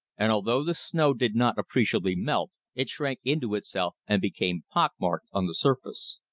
and although the snow did not appreciably melt, it shrank into itself and became pock-marked on the surface.